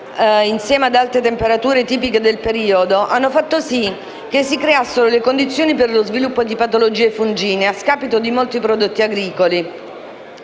insieme alle alte temperature tipiche del periodo, hanno fatto sì che si creassero le condizioni per lo sviluppo di patologie fungine a scapito di molti prodotti agricoli.